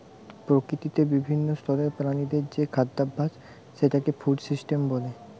প্রকৃতিতে বিভিন্ন স্তরের প্রাণীদের যে খাদ্যাভাস সেটাকে ফুড সিস্টেম বলে